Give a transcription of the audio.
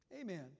Amen